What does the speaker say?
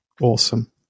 Awesome